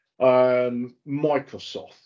Microsoft